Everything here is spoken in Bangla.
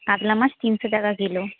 কাতলা মাছ তিনশো টাকা কিলো